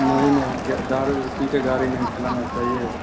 नहीं नहीं दारू उरू पीकर गाड़ी नहीं चलानी चाहिए